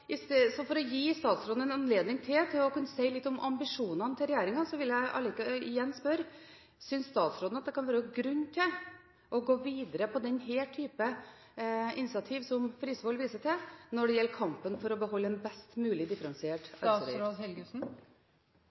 For å gi statsråden en anledning til å si litt om ambisjonene til regjeringen vil jeg igjen spørre: Synes statsråden at det kan være grunn til å gå videre på denne type initiativ som Frisvold viste til, når det gjelder kampen for å beholde en best mulig differensiert